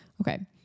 Okay